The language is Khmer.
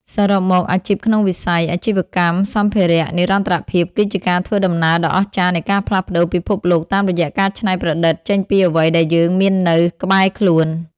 សរុបមក អាជីពក្នុងវិស័យ អាជីវកម្មសម្ភារៈនិរន្តរភាពគឺជាការធ្វើដំណើរដ៏អស្ចារ្យនៃការផ្លាស់ប្តូរពិភពលោកតាមរយៈការច្នៃប្រឌិតចេញពីអ្វីដែលយើងមាននៅក្បែរខ្លួន។